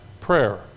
prayer